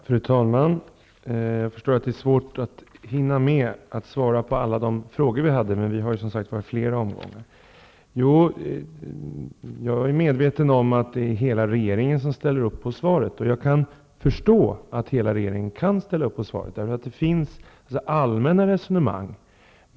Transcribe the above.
Fru talman! Jag förstår att det kan vara svårt att hinna med att svara på alla de frågor som har ställt, men vi har ju som sagt flera replikomgångar. Jag är medveten om att hela regeringen står bakom svaret. Jag förstår också att hela regeringen kan stå bakom svaret, därför att den för den här typen av allmänna resonemang.